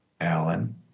Alan